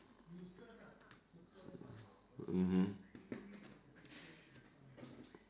mmhmm